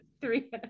three